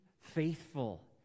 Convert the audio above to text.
faithful